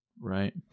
Right